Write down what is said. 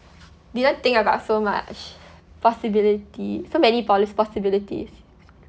didn't think about so much possibility so many possi~ possibility